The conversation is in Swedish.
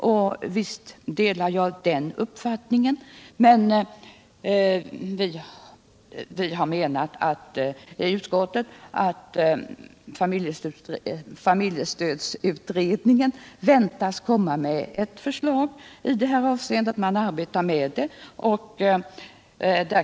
Visst ansluter jag mig till den uppfattningen, men vi har i utskottet pekat på att familjestödsutredningen arbetar med denna fråga och väntas lägga fram ett förslag i detta avseende.